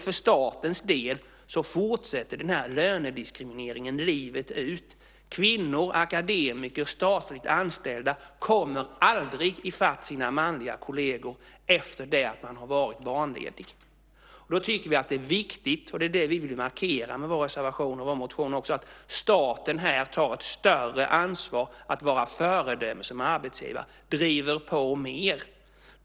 För statens del fortsätter lönediskrimineringen livet ut. Kvinnor - akademiker, statligt anställda - kommer aldrig i fatt sina manliga kolleger efter det att de har varit barnlediga. Vi vill markera med vår motion och reservation att det är viktigt att staten tar ett större ansvar att vara föredömlig som arbetsgivare, driver på mer.